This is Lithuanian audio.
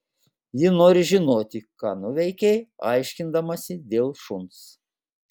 ji nori žinoti ką nuveikei aiškindamasi dėl šuns